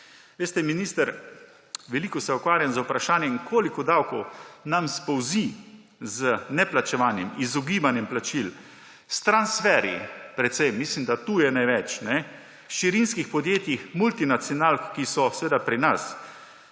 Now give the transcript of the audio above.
Veste, minister, veliko se ukvarjam z vprašanjem, koliko davkov nam spolzi z neplačevanjem, izogibanjem plačil, s transferji – precej, mislim, da je tu največ – v hčerinskih podjetjih multinacionalk, ki so seveda pri nas.